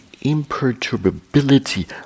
imperturbability